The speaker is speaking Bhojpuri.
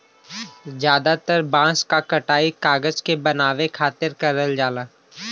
जादातर बांस क कटाई कागज के बनावे खातिर करल जाला